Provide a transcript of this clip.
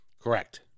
Correct